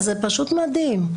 זה פשוט מדהים.